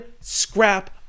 scrap